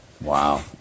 wow